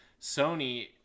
Sony